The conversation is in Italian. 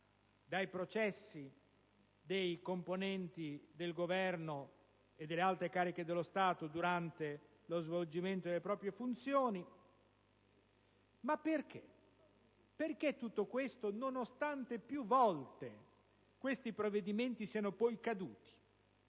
la protezione dai processi delle alte cariche dello Stato durante lo svolgimento delle proprie funzioni. Ma perché? Perché tutto questo nonostante più volte questi provvedimenti siano poi caduti